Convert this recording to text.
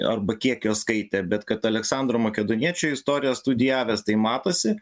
arba kiek jo skaitė bet kad aleksandro makedoniečio istoriją studijavęs tai matosi